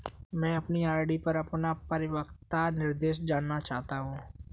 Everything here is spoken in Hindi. मैं अपनी आर.डी पर अपना परिपक्वता निर्देश जानना चाहता हूँ